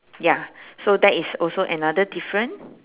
ya so that is also another different